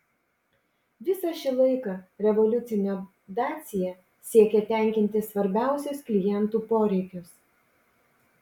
visą šį laiką revoliucinė dacia siekė tenkinti svarbiausius klientų poreikius